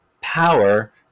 power